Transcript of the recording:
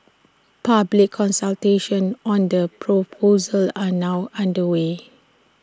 public consultations on the proposals are now underway